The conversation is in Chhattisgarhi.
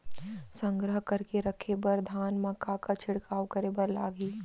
संग्रह करके रखे बर धान मा का का छिड़काव करे बर लागही?